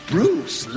Bruce